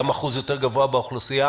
גם אחוז גבוה יותר באוכלוסייה.